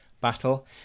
battle